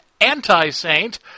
anti-saint